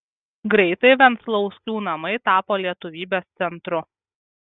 greitai venclauskių namai tapo lietuvybės centru